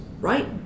right